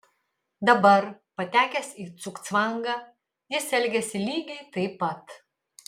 dabar patekęs į cugcvangą jis elgiasi lygiai taip pat